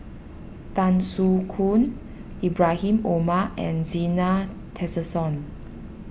Tan Soo Khoon Ibrahim Omar and Zena Tessensohn